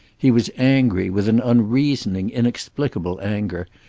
he was angry with an unreasoning, inexplicable anger,